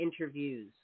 interviews